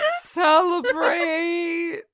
Celebrate